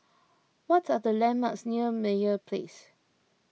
what are the landmarks near Meyer Place